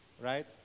Right